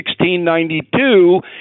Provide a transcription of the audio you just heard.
1692